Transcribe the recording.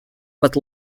but